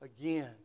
again